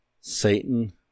Satan